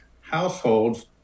households